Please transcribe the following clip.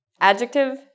Adjective